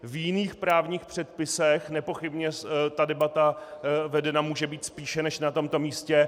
V jiných právních předpisech nepochybně ta debata vedena může být spíše než na tomto místě.